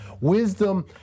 Wisdom